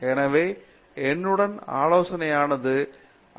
எனவே என்னுடைய ஆலோசனையானது ஐ